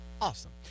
Awesome